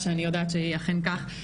כך,